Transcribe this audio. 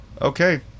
okay